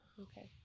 Okay